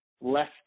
less